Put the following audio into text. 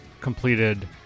completed